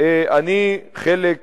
אני חלק